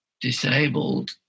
disabled